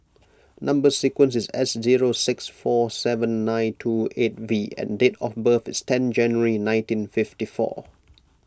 Number Sequence is S zero six four seven nine two eight V and date of birth is ten January nineteen fifty four